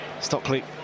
Stockley